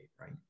right